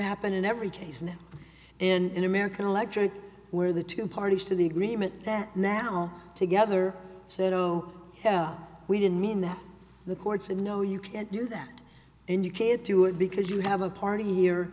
happen in every case now and in american electorate where the two parties to the agreement that now together said oh yeah we didn't mean that the chords and know you can't do that and you can't do it because you have a party here